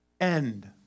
end